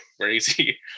crazy